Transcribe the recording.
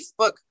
Facebook